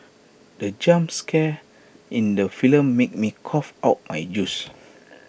the jump scare in the film made me cough out my juice